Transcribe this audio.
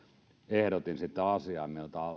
ehdotin sitä asiaa